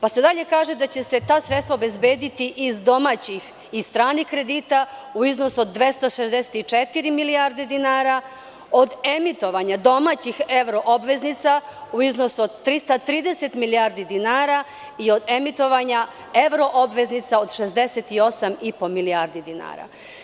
Dalje se kaže da će se ta sredstva obezbediti i iz domaćih i stranih kredita u iznosu od 264 milijarde dinara od emitovanja domaćih evro obveznica u iznosu od 330 milijardi dinara i od emitovanja evro obveznica od 68 i po milijardi dinara.